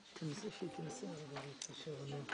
המטרות של חברה לתועלת הציבור הן שונות מחברה רגילה.